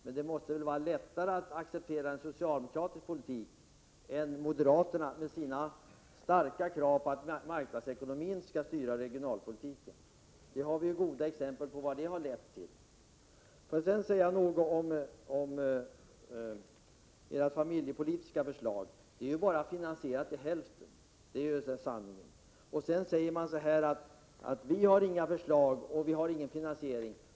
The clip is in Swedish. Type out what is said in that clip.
Men det måste väl vara lättare att acceptera en socialdemokratisk politik än en moderat, med dess starka krav på att marknadsekonomin skall styra regionalpolitiken. Vi har goda exempel på vad det har lett till. Får jag sedan säga något om era familjepolitiska förslag. De är finansierade bara till hälften, det är sanningen. Ni säger så här: Ni har inga förslag och ingen finansiering.